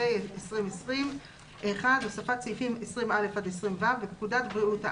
התש"ף 2020 "הוספת סעיף 20א עד 20ו 1. בפקודת בריאות העם,